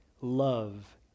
love